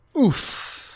Oof